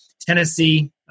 Tennessee